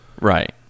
Right